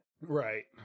Right